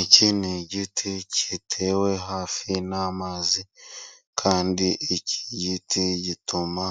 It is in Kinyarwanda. Iki ni igiti kitewe hafi n'amazi, kandi iki giti gituma